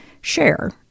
share